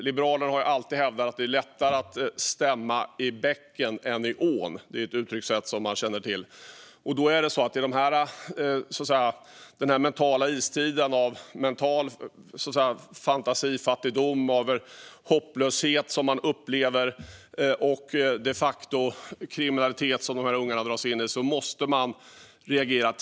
Liberalerna har alltid hävdat att det är lättare att stämma i bäcken än i ån. Det är ett känt uttryck. I den här mentala istiden, med den fantasifattigdom och hopplöshet som man upplever och den de facto kriminalitet som ungarna dras in i, måste man reagera tidigt.